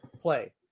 play